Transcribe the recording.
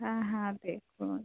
হ্যাঁ হ্যাঁ হবে তো